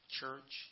church